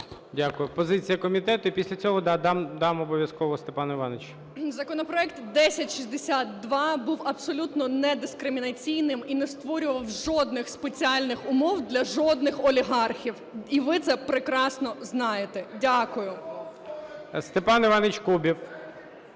Дякую. Позиція комітету і після цього дам обов'язково Степану Івановичу. 17:44:04 ПІДЛАСА Р.А. Законопроект 1062 був абсолютно недискримінаційним і не створював жодних спеціальних умов для жодних олігархів, і ви це прекрасно знаєте. Дякую. ГОЛОВУЮЧИЙ. Степан Іванович Кубів.